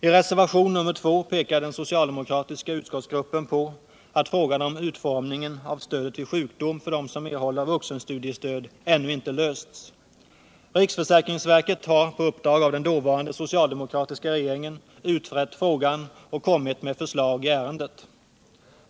I reservationen 2 pekar den socialdemokratiska utskottsgruppen på att frågan om utformningen av stödet vid sjukdom för dem som erhåller vuxenstudiestöd ännu inte lösts. Riksförsäkringsverket har på uppdrag av den dåvarande socialdemokratiska regeringen utrett frågan och kommit med förslag i ärendet.